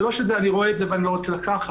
זה לא שאני רואה את זה ואני לא רוצה לקחת.